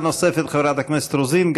שאלה נוספת לחברת הכנסת רוזין.